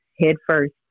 headfirst